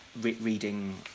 reading